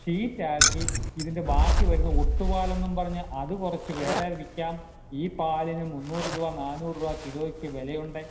ഷീറ്റാക്കി ഇതിൻ്റെ ബാക്കി വരുന്ന ഒട്ടുപാല് എന്ന് പറഞ്ഞ അത് കുറച്ച് വേറെ വിൽക്കാം ഈ പാലിന് മുന്നൂറ് രൂപ നാനൂറ് രൂപ കിലോയ്ക്ക് വിലയുണ്ട്